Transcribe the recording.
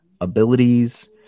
abilities